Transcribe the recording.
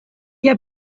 jaia